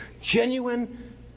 genuine